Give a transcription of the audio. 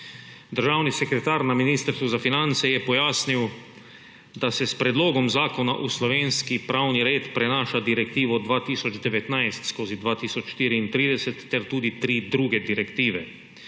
Državni sekretar na ministrstvu za finance je pojasnil, da se s predlogom zakona v slovenski pravni red prinaša direktivo 2019/2034 ter tudi tri druge direktive.